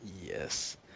yes